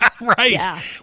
right